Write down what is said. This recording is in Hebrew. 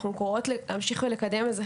אנחנו קוראות להמשיך ולקדם את זה.